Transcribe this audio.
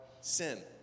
sin